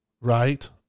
right